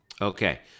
Okay